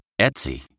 Etsy